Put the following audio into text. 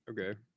okay